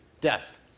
Death